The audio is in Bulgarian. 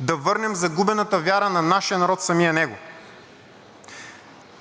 да върнем загубената вяра на нашия народ в самия него,